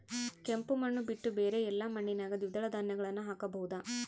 ಕೆಂಪು ಮಣ್ಣು ಬಿಟ್ಟು ಬೇರೆ ಎಲ್ಲಾ ಮಣ್ಣಿನಾಗ ದ್ವಿದಳ ಧಾನ್ಯಗಳನ್ನ ಹಾಕಬಹುದಾ?